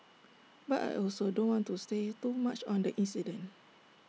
but I also don't want to say too much on the incident